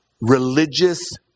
religious